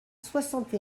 soixante